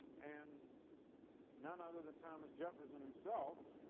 and none other than thomas jefferson himself